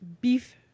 Beef